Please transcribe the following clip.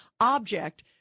object